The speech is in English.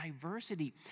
diversity